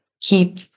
keep